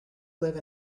live